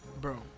Bro